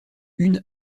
une